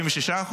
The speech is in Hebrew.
46%,